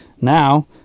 Now